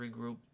regroup